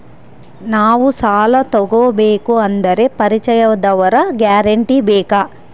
ನಾವು ಸಾಲ ತೋಗಬೇಕು ಅಂದರೆ ಪರಿಚಯದವರ ಗ್ಯಾರಂಟಿ ಬೇಕಾ?